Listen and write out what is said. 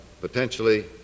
potentially